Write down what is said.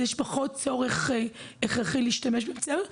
פחות צורך הכרחי להשתמש באמצעים האלה,